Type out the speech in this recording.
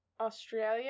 Australia